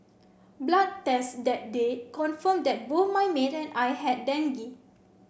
blood tests that day confirmed that both my maid and I had dengue